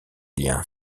liens